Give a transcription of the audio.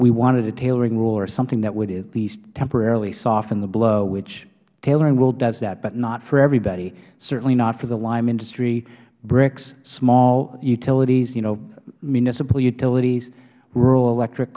we wanted a tailoring rule or something that would at least temporarily soften the blow which the tailoring rule does that but not for everybody certainly not for the lime industry bricks small utilities municipal utilities rural electric